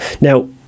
Now